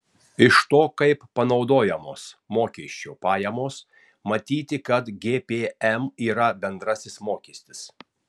iš to kaip panaudojamos mokesčio pajamos matyti kad gpm yra bendrasis mokestis